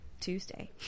Tuesday